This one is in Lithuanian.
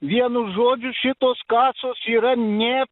vienu žodžiu šitos kasos yra nė